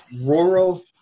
rural